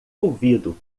ouvido